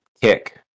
kick